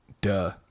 Duh